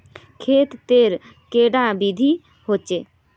खेत तेर कैडा विधि होचे?